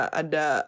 ada